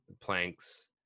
planks